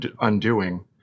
undoing